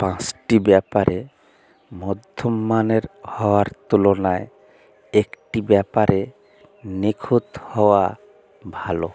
পাঁচটি ব্যাপারে মধ্যম মানের হওয়ার তুলনায় একটি ব্যাপারে নিখুঁত হওয়া ভালো